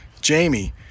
Jamie